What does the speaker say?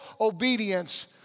obedience